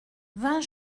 vingt